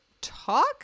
talk